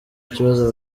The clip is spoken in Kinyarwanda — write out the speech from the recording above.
kibazo